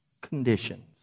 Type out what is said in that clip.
conditions